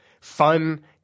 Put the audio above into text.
fun